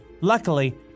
Luckily